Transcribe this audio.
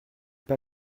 pas